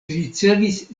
ricevis